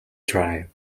drive